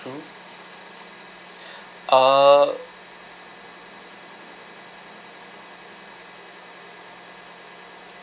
true uh